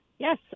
Yes